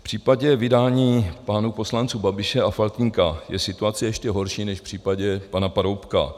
V případě vydání pánů poslanců Babiše a Faltýnka je situace ještě horší než v případě pana Paroubka.